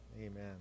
Amen